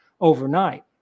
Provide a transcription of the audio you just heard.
overnight